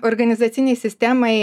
organizacinei sistemai